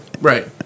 Right